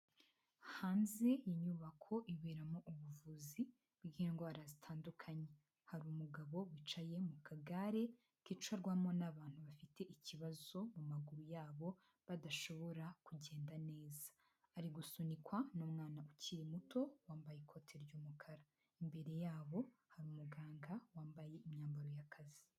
Hanze y'inyubako iberamo ubuvuzi bw'indwara zitandukanye, harimu umugabo bicaye mu kagare kicarwamo n'abantu bafite ikibazo cy'amaguru yabo badashobora kugenda neza ari gusunikwa n'umwana ukiri muto wambaye ikote ry'umukara imbere yabo hari umuganga wambaye imyambaro y'akazi.